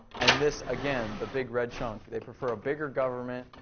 and this again, the big red chunk. they prefer a bigger government.